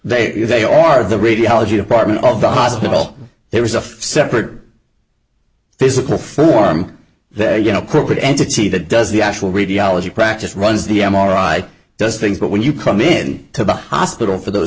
are they are the radiology department of the hospital there is a separate physical form there you know corporate entity that does the actual radiology practice runs the m r i does things but when you come in to the hospital for those